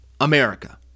America